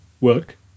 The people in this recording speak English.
Work